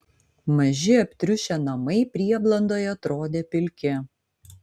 maži aptriušę namai prieblandoje atrodė pilki